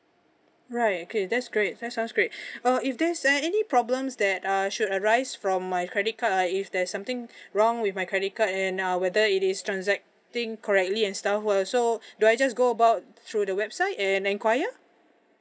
right okay that's great that sounds great uh if there's uh any problems that uh should arise from my credit card ah if there's something wrong with my credit card and uh whether it is transacting correctly and stuff uh so do I just go about through the website and enquire